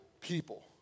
people